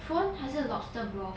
prawn 还是 lobster broth